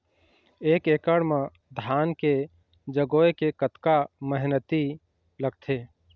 एक एकड़ म धान के जगोए के कतका मेहनती लगथे?